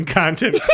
content